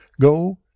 go